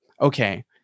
okay